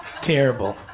terrible